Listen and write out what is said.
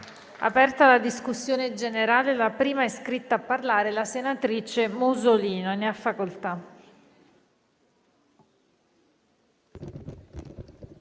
aperta la discussione generale. È iscritta a parlare la senatrice Musolino. Ne ha facoltà.